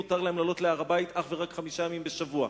מותר להם לעלות להר-הבית אך ורק חמישה ימים בשבוע,